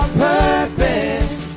purpose